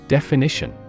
Definition